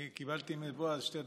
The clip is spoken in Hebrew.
אני קיבלתי מבועז שתי דקות.